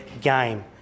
game